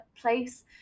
place